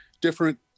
different